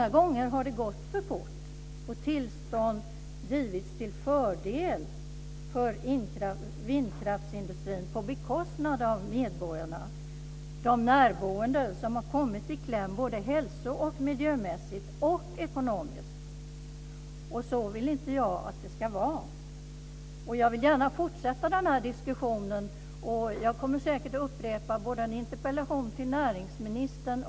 Det är allt från fågelstråk till frågan om hur nära det ligger bostäder, hur det förstör kulturlandskapet osv. Det finns ingen annan uppfattning.